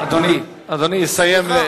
אדוני יסיים.